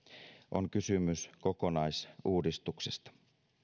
on kysymys kokonaisuudistuksesta